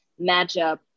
matchup